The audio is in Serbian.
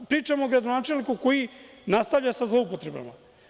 Pričam o gradonačelniku koji nastavlja sa zloupotrebama.